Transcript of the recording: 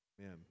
man